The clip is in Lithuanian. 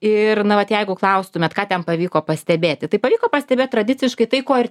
ir na vat jeigu klaustumėt ką ten pavyko pastebėti tai pavyko pastebėt tradiciškai tai ko ir